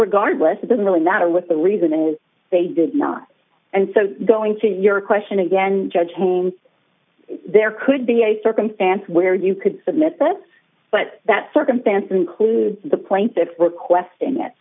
regardless it doesn't really matter with the reason is they did not and so going to your question again judge james there could be a circumstance where you could submit that but that circumstance includes the plaintiffs requesting it